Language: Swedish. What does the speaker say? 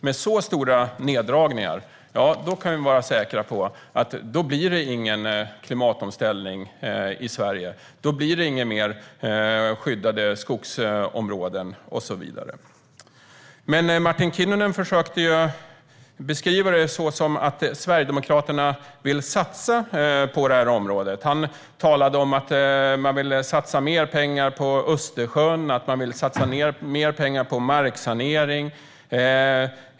Med så stora neddragningar kan vi vara säkra på att det inte blir någon klimatomställning i Sverige, inga fler skyddade skogsområden och så vidare. Martin Kinnunen försökte beskriva det som att Sverigedemokraterna vill satsa på detta område. Han talade om att man vill satsa mer pengar på Östersjön och att man vill satsa mer pengar på marksanering.